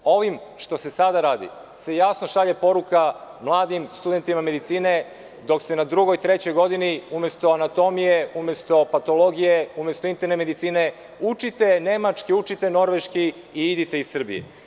Ovim što se sada radi se jasno šalje poruka mladim studentima medicine, dok ste na drugoj, trećoj godini, umesto anatomije, umesto patologije, umesto interne medicine, učite nemački, norveški, i idite iz Srbije.